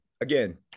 again